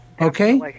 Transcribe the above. Okay